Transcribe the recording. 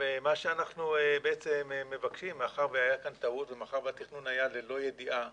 מאחר שהייתה כאן טעות ומאחר שהתכנון היה ללא ידיעה,